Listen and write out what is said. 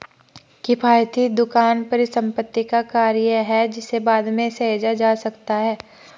किफ़ायती दुकान परिसंपत्ति का कार्य है जिसे बाद में सहेजा जा सकता है